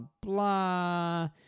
blah